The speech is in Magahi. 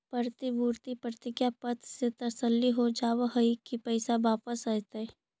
प्रतिभूति प्रतिज्ञा पत्र से तसल्ली हो जावअ हई की पैसा वापस अइतइ